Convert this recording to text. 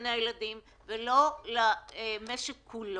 לגני הילדים ולמשק כולו.